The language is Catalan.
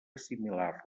assimilar